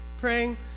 praying